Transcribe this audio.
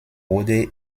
wurde